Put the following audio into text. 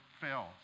fails